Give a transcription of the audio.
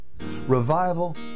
Revival